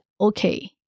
okay